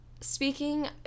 speaking